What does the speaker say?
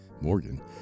Morgan